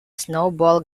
snowball